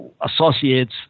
associates